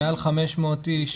מעל 500 איש